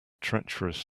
treacherous